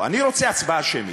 אני רוצה הצבעה שמית.